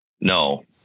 No